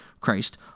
Christ